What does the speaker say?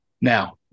Now